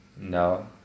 No